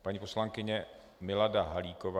Paní poslankyně Milada Halíková.